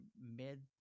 mid